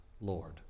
Lord